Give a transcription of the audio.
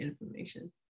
information